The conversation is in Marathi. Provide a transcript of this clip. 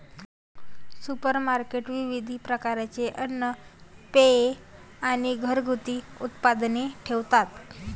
सुपरमार्केट विविध प्रकारचे अन्न, पेये आणि घरगुती उत्पादने ठेवतात